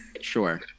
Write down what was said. sure